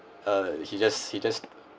uh he just he just